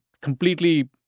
completely